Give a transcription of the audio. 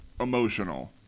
emotional